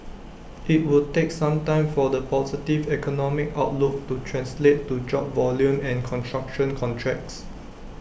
IT would take some time for the positive economic outlook to translate to job volume and construction contracts